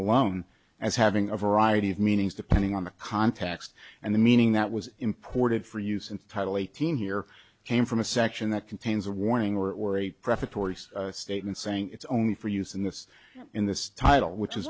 alone as having a variety of meanings depending on the context and the meaning that was imported for use in title eighteen here came from a section that contains a warning or a prefatory statement saying it's only for use in this in this title which is